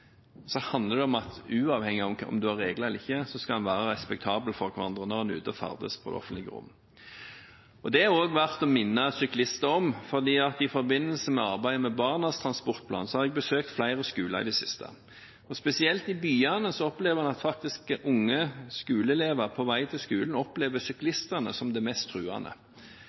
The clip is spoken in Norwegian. Så handler det om at uavhengig av om en har regler eller ikke, så skal en ha respekt for hverandre når en ferdes ute i det offentlige rom. Og det er det også verdt å minne syklister om. I forbindelse med arbeidet med Barnas transportplan har jeg besøkte flere skoler i det siste, og spesielt i byene opplever unge skoleelever på vei til skolen faktisk syklistene som det mest truende.